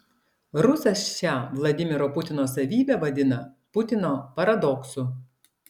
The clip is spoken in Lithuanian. rusas šią vladimiro putino savybę vadina putino paradoksu